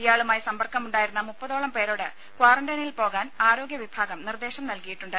ഇയാളുമായി സമ്പർക്കമുണ്ടായിരുന്ന മുപ്പതോളം പേരോട് ക്വാറന്റൈനിൽ പോകാൻ ആരോഗ്യ വിഭാഗം നിർദേശം നല്കിയിട്ടുണ്ട്